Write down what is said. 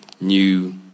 new